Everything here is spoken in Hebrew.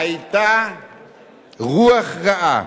היתה רוח רעה,